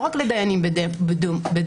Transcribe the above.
לא רק לדיינים בדימוס.